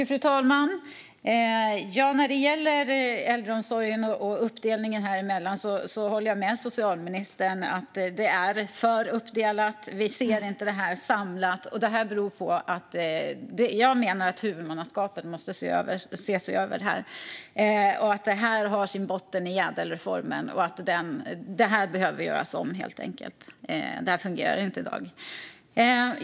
Fru talman! När det gäller äldreomsorgen och uppdelningen håller jag med socialministern om att det är för uppdelat och att vi inte ser detta samlat. Jag menar att huvudmannaskapet måste ses över här. Detta har sin botten i ädelreformen, och det behöver helt enkelt göras om. Det fungerar inte i dag.